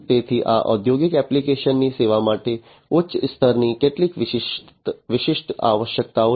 તેથી આ ઔદ્યોગિક એપ્લિકેશનોની સેવા માટે ઉચ્ચ સ્તરની કેટલીક વિશિષ્ટ આવશ્યકતાઓ છે